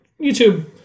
YouTube